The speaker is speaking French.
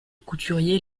couturiers